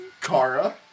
Kara